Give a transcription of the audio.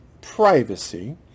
privacy